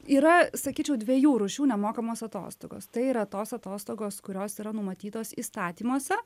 yra sakyčiau dviejų rūšių nemokamos atostogos tai yra tos atostogos kurios yra numatytos įstatymuose